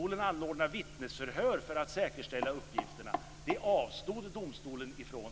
Regeringen ville anordna vittnesförhör i domstolen för att säkerställa uppgifterna, men det avstod domstolen ifrån.